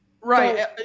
Right